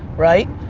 right?